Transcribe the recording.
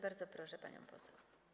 Bardzo proszę panią poseł.